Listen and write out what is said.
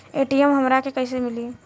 ATM हमरा के कइसे मिली?